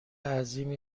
عظیمی